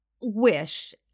wish